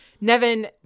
Nevin